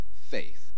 faith